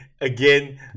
again